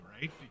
right